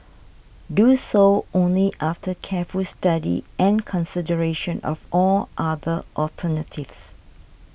do so only after careful study and consideration of all other alternatives